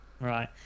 Right